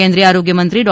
કેન્દ્રીય આરોગ્યમંત્રી ડૉ